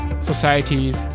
societies